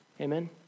Amen